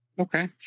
Okay